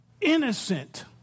innocent